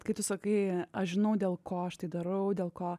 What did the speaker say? kai tu sakai aš žinau dėl ko aš tai darau dėl ko